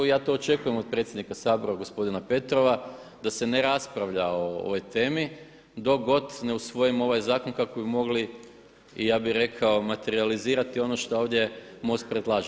I ja to očekujem od predsjednika sabora gospodina Petrova da se ne raspravlja o ovoj temi dok god ne usvojimo ovaj zakon kako bi mogli i ja bi rekao materijalizirati ono šta ovdje MOST predlaže.